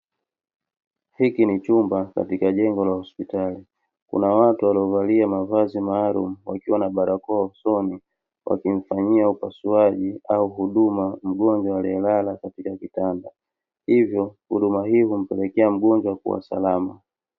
Hiki ni chumba katika jengo la hospitali. Kuna watu waliovalia mavazi maalumu wakiwa na barakoa usoni wakimfanyia upasuaji au huduma mgonjwa aliyelala katika kitanda. Hivyo huduma hii humpelekea mgonjwa kuwa salama.